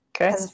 okay